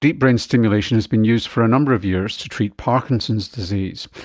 deep brain stimulation has been used for a number of years to treat parkinson's disease,